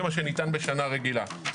זה מה שניתן בשנה רגילה.